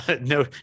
No